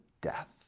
death